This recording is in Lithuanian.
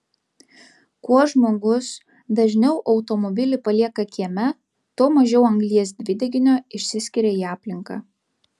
kuo žmogus dažniau automobilį palieka kieme tuo mažiau anglies dvideginio išsiskiria į aplinką